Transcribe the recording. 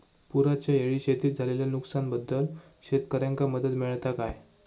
पुराच्यायेळी शेतीत झालेल्या नुकसनाबद्दल शेतकऱ्यांका मदत मिळता काय?